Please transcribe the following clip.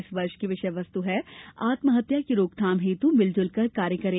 इस वर्ष की विषय वस्त आत्महत्या की रोकथाम हेत् मिल जुलकर कार्य करें